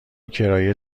کرایه